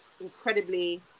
incredibly